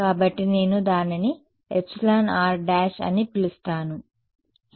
కాబట్టి నేను దానిని εr′ అని పిలుస్తాను స్పష్టంగా సంక్లిష్టమైనది